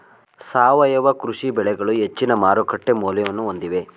ಸಾವಯವ ಕೃಷಿ ಬೆಳೆಗಳು ಹೆಚ್ಚಿನ ಮಾರುಕಟ್ಟೆ ಮೌಲ್ಯವನ್ನು ಹೊಂದಿವೆ